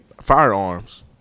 firearms